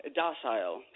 docile